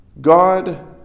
God